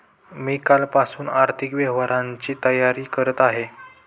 मी कालपासून आर्थिक व्यवहारांची तयारी करत आहे